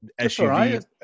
SUV